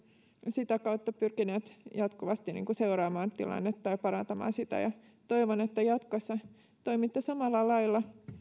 sitä kautta pyrkineet jatkuvasti seuraamaan tilannetta ja parantamaan sitä toivon että jatkossa toimitte samalla lailla